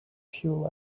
fuel